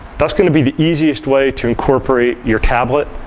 that's going to be the easiest way to incorporate your tablet.